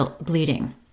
bleeding